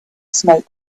smoke